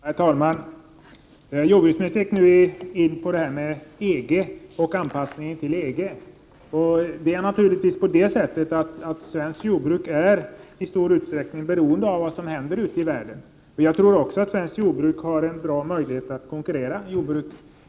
Fru talman! Jordbruksministern tog upp anpassningen till EG. Det är naturligtvis på det sättet att svenskt jordbruk i stor utsträckning är beroende av vad som händer i världen. Svenskt jordbruk har också goda möjligheter att konkurrera.